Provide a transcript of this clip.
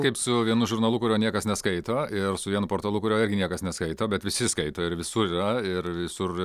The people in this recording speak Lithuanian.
kaip su vienu žurnalu kurio niekas neskaito ir su vienu portalu kurio irgi niekas neskaito bet visi skaito ir visur yra ir visur